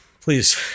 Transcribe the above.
Please